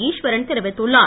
ஈஸ்வரன் தெரிவித்துள்ளார்